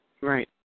Right